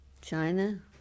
China